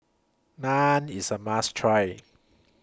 Naan IS A must Try